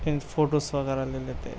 photos وغیرہ لے لیتے